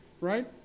right